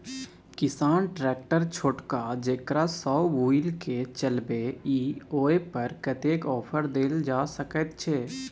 किसान ट्रैक्टर छोटका जेकरा सौ बुईल के चलबे इ ओय पर कतेक ऑफर दैल जा सकेत छै?